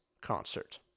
concert